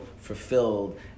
fulfilled